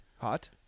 Hot